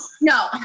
No